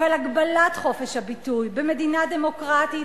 אבל הגבלת חופש הביטוי במדינה דמוקרטית